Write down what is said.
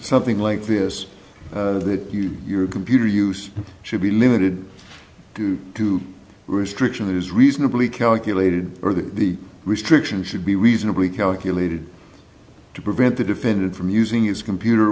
something like this that you your computer use should be limited due to restriction that is reasonably calculated or that the restriction should be reasonably calculated to prevent the defendant from using his computer